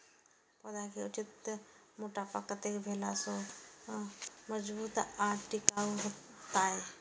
पौधा के उचित मोटापा कतेक भेला सौं पौधा मजबूत आर टिकाऊ हाएत?